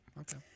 Okay